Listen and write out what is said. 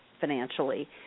financially